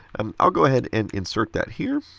um i'll go ahead and insert that here.